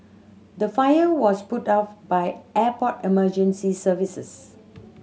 the fire was put out by airport emergency services